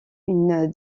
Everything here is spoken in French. une